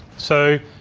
so,